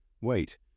Wait